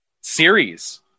series